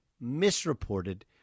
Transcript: misreported